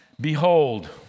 Behold